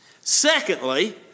Secondly